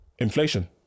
Inflation